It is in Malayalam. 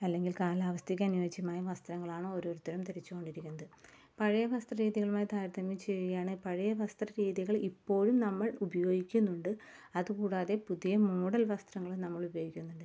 അല്ലെങ്കിൽ കാലാവസ്ഥക്കനുയോജ്യമായ വസ്ത്രങ്ങളാണ് ഓരോരുത്തരും ധരിച്ചുകൊണ്ട് ഇരിക്കുന്നത് പഴയ വസ്ത്രരീതികളുമായി താരതമ്യം ചെയ്യുകയാണ് പഴയ വസ്ത്ര രീതികൾ ഇപ്പോഴും നമ്മൾ ഉപയോഗിക്കുന്നുണ്ട് അത് കൂടാതെ പുതിയ മോഡൽ വസ്ത്രങ്ങളും നമ്മൾ ഉപയോഗിക്കുന്നുണ്ട്